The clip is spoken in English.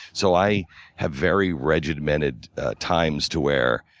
so i have very regimented times to where